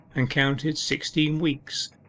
and counted sixteen weeks,